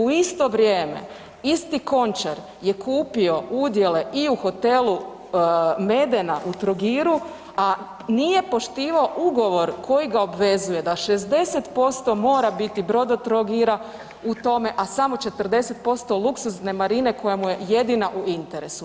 U isto vrijeme, isti Končar je kupio udjele i u hotelu Medena u Trogiru, a nije poštivao ugovor koji ga obvezuje da 60% mora biti Brodotrogira u tome, a samo 40% luksuzne Marine koja mu je jedina u interesu.